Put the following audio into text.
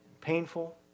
painful